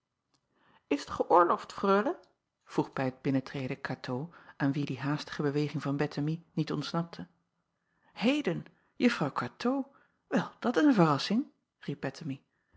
s het geöorloofd reule vroeg bij t binnentreden atoo aan wie die haastige beweging van ettemie niet ontsnapte eden uffrouw atoo wel dat is een verrassing